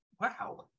Wow